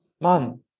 man